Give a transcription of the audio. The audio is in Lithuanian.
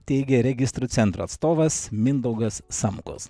teigė registrų centro atstovas mindaugas samkus